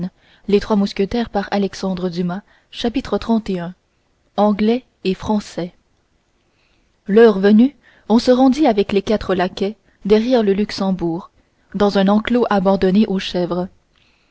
chapitre xxxi anglais et français l'heure venue on se rendit avec les quatre laquais derrière le luxembourg dans un enclos abandonné aux chèvres